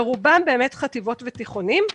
ברובם באמת חטיבות ותיכונים.